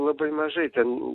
labai mažai ten